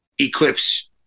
eclipse